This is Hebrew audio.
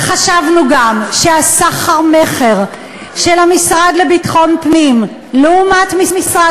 חשבנו גם שהסחר-מכר של המשרד לביטחון הפנים לעומת משרד